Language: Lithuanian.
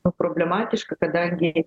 problematiška kadangi